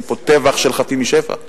אין פה טבח של חפים מפשע.